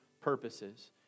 purposes